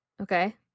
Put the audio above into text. okay